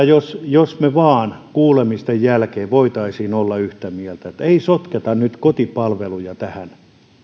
jos jos me vain kuulemisten jälkeen voisimme olla yhtä mieltä siitä ettei sotketa nyt kotipalveluja tähän